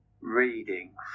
reading